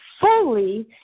fully